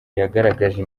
yagaragaje